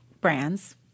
brands